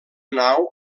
nau